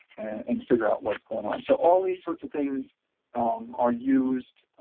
and figure out what's going on. so all these sorts of things are used